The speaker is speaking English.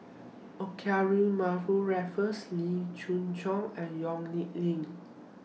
Olivia Mariamne Raffles Wee Chong Jin and Yong Nyuk Lin